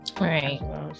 Right